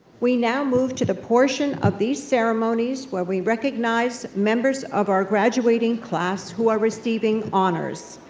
we now move to the portion of these ceremonies where we recognize members of our graduating class who are receiving honors.